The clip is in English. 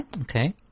Okay